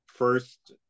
First